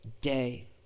day